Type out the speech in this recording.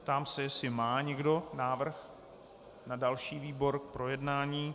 Ptám se, jestli má někdo návrh na další výbor k projednání.